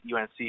UNC